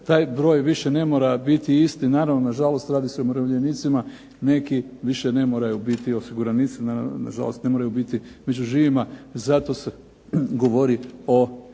taj broj više ne mora biti isti. Naravno, na žalost radi se o umirovljenicima. Neki više ne moraju biti osiguranici. Naravno, na žalost ne moraju biti među živima. Zato se govori o